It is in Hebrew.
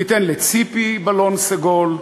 ניתן לציפי בלון סגול,